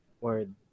Word